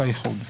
השלכות האיחוד.